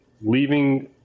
leaving